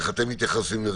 איך אתם מתייחסים לזה?